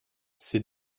ces